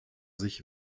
sich